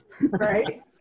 Right